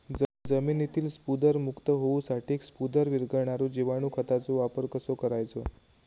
जमिनीतील स्फुदरमुक्त होऊसाठीक स्फुदर वीरघळनारो जिवाणू खताचो वापर कसो करायचो?